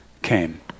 came